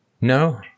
No